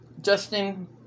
Justin